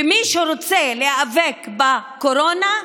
ומי שרוצה להיאבק בקורונה,